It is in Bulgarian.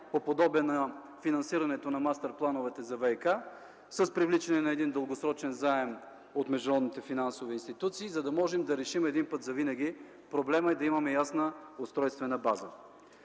подобно на финансирането на мастерплановете за ВиК, с привличане на дългосрочен заем от международните финансови институции, за да можем веднъж завинаги да решим проблема и да имаме ясна устройствена база.